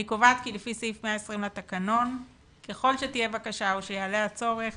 אני קובעת כי לפי סעיף 20 לתקנון ככל שתהיה בקשה או שיעלה הצורך